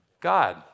God